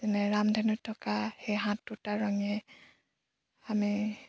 যেনে ৰামধেনুত থকা সেই সাতোটা ৰঙে আমি